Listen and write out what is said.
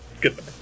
Goodbye